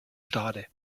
stade